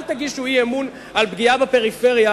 אל תגישו הצעת אי-אמון על פגיעה בפריפריה